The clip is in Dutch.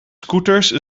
scooters